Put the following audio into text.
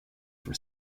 for